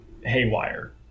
haywire